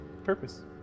purpose